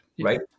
Right